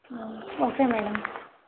okay madam